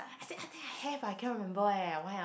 have I cannot remember eh why ah